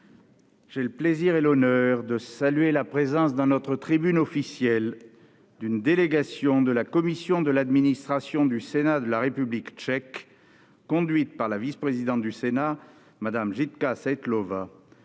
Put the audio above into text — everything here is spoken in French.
j'ai le plaisir et l'honneur de saluer la présence dans notre tribune officielle d'une délégation de la commission de l'administration du Sénat de la République tchèque, conduite par la vice-présidente du Sénat, Mme Jitka Seitlová.